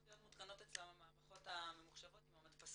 להיות מותקנות אצלם המערכות הממוחשבות עם המדפסות.